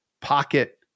pocket